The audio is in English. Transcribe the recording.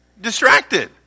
distracted